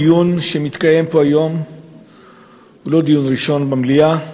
הדיון שמתקיים פה היום הוא לא דיון ראשון בנושא זה במליאה,